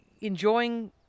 enjoying